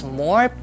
more